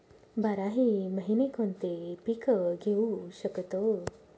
बाराही महिने कोणते पीक घेवू शकतो?